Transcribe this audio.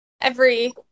every-